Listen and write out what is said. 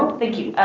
thank you